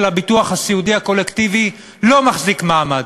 הביטוח הסיעודי הקולקטיבי לא מחזיק מעמד,